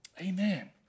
Amen